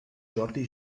jordi